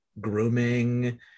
grooming